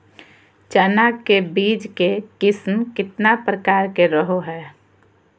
चना के बीज के किस्म कितना प्रकार के रहो हय?